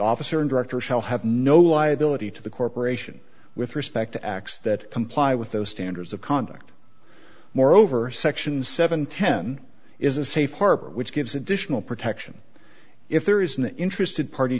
officer and director shall have no liability to the corporation with respect to acts that comply with those standards of conduct moreover section seven ten is a safe harbor which gives additional protection if there is an interested party